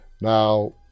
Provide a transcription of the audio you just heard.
Now